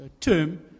term